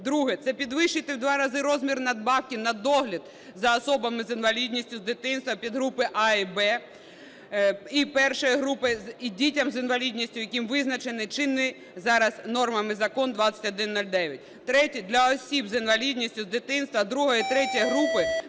Друге. Це підвищити в два рази розмір надбавки на догляд за особами з інвалідністю з дитинства підгрупа А і Б і І групи і дітям з інвалідністю, які визначені чинними зараз нормами закону 2109. Третє. Для осіб з інвалідністю з дитинства ІІ, ІІІ групи,